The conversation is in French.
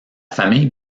famille